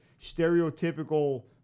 stereotypical